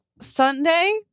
Sunday